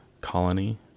colony